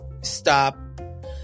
stop